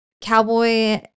cowboy